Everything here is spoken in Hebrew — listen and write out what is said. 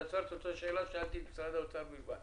ועובדה שגם הבינו את זה בהתחלה וגם עשו את זה.